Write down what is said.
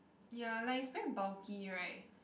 ya like it's very bulky like